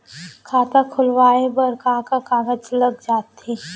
खाता खोलवाये बर का का कागज ल लगथे?